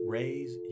raise